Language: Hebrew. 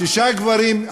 שישה גברים.